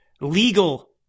legal